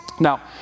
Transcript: Now